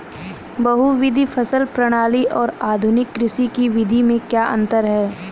बहुविध फसल प्रणाली और आधुनिक कृषि की विधि में क्या अंतर है?